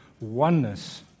oneness